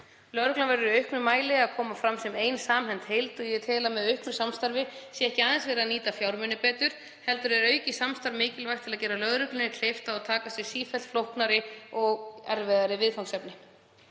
Lögreglan verður í auknum mæli að koma fram sem ein samhent heild og ég tel að með auknu samstarfi sé ekki aðeins verið að nýta fjármuni betur heldur er aukið samstarf mikilvægt til að gera lögreglunni kleift að taka að sér sífellt flóknari og erfiðari viðfangsefni.